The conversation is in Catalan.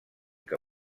que